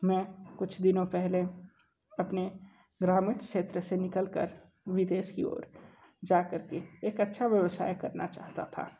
मैं कुछ दिनों पहले अपने ग्रामीण क्षेत्र से निकल कर विदेश की ओर जा कर के एक अच्छा व्यवसाय करना चाहता था